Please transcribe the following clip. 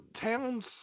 Towns